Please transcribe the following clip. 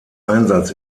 einsatz